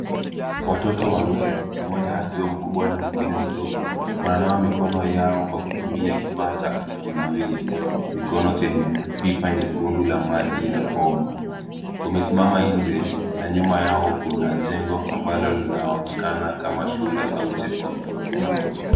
Watoto wawili, mmoja akiwa mkubwa na mwingine mdogo, wananawa mikono yao kwa kutumia kifaa cha kunawia mikono chenye pipa nyekundu na maji ya bomba. Wamesimama nje na nyuma yao kuna jengo ambalo linaonekana kama shule au jengo la umma.